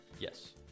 Yes